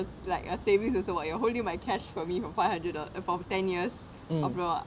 it's like a savings also what you holding my cash for me from five hundred eh for ten years அப்பிரம்:appirum